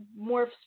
morphs